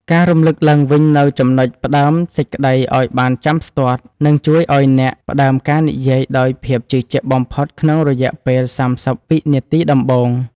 ការរំលឹកឡើងវិញនូវចំណុចផ្ដើមសេចក្ដីឱ្យបានចាំស្ទាត់ នឹងជួយឱ្យអ្នកផ្ដើមការនិយាយដោយភាពជឿជាក់បំផុតក្នុងរយៈពេល ៣០ វិនាទីដំបូង។